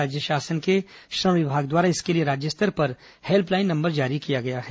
राज्य शासन के श्रम विभाग द्वारा इसके लिए राज्य स्तर पर हेल्पलाइन नंबर जारी किया गया है